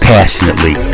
Passionately